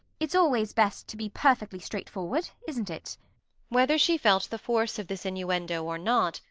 it's always best to be perfectly straightforward, isn't it whether she felt the force of this innuendo or not,